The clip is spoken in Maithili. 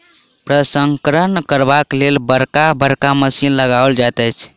प्रसंस्करण करबाक लेल बड़का बड़का मशीन लगाओल जाइत छै